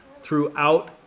throughout